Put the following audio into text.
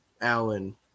Allen